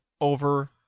over